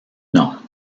non